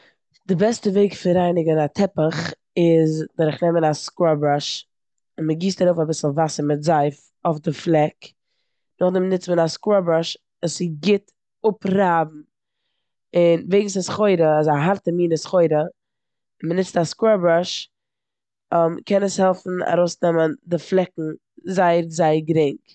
די בעסטע וועג פון רייניגו א טעפוך איז דורך נעמען א סקראב בראש און מ'גיסט ארויף אביסל וואסער מיט זייף אויף די פלעק. נאכדעם נוצט מען א סקראב בראש עס צו גוט אפרייבן און וועגן ס'איז סחורה, אזא הארטע מינע סחורה און מ'נוצט א סקראב בראש קען עס העלפן ארויסנעמען די פלעקן זייער זייער גרינג.